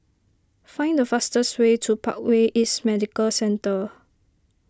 find the fastest way to Parkway East Medical Centre